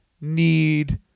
need